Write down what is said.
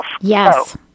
Yes